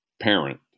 parent